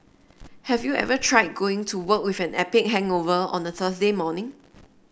have you ever tried going to work with an epic hangover on a Thursday morning